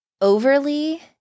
overly